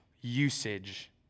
usage